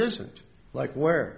isn't like where